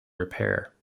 repair